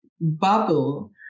bubble